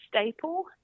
staple